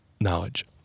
knowledge